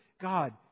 God